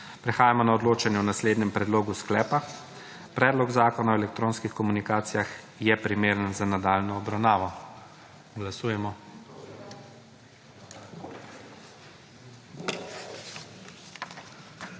Prehajamo na odločanje o naslednjem predlogu sklepa: Predlog Zakona o elektronskih komunikacijah je primeren za nadaljnjo obravnavo. Glasujemo.